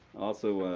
also,